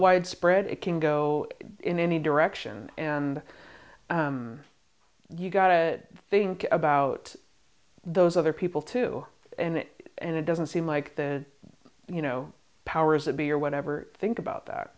widespread it can go in any direction and you've got to think about those other people too and and it doesn't seem like the you know powers that be or whatever think about that